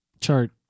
chart